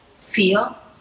feel